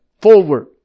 forward